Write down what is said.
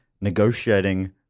negotiating